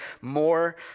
more